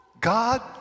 God